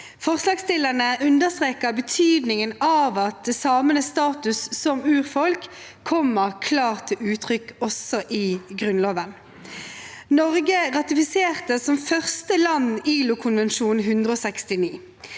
Forslagsstillerne understreker betydningen av at samenes status som urfolk kommer klart til uttrykk også i Grunnloven. Norge ratifiserte som første land ILO-konvensjon nr.